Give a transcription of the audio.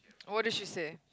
what did she say